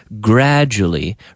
gradually